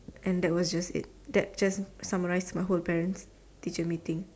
and that was just it that just summarized my whole parents teacher meeting